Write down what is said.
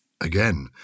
Again